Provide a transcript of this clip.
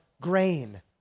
grain